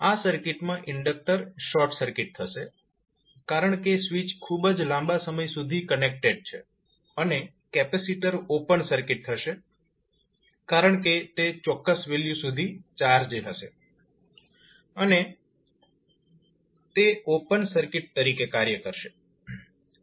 આ સર્કિટમાં inductor short circuit થશે કારણ કે સ્વિચ ખૂબ જ લાંબા સમય સુધી કનેક્ટેડ છે અને કેપેસિટર ઓપન સર્કિટ હશે કારણ કે તે ચોક્કસ વેલ્યુ સુધી ચાર્જ થશે અને તે ઓપન સર્કિટ તરીકે કાર્ય કરશે